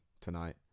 tonight